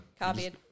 Copied